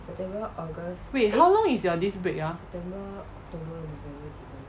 wait how long is your this break ah